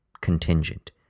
contingent